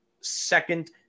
second